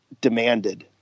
demanded